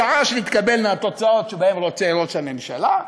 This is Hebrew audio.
משעה שתתקבלנה התוצאות שרוצה ראש הממשלה,